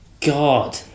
God